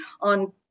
on